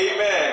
Amen